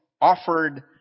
offered